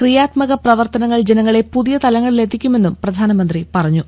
ക്രിയാത്മക പ്രവർത്തനങ്ങൾ ജനങ്ങളെ പുതിയ തലങ്ങളിലെത്തിക്കുമെന്നും പ്രധാനമന്ത്രി പറഞ്ഞു